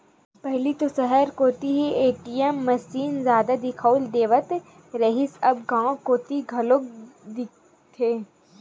पहिली तो सहर कोती ही ए.टी.एम मसीन जादा दिखउल देवत रहय अब गांव कोती घलोक दिखथे